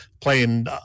playing